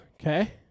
okay